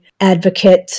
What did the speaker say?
advocate